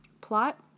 Plot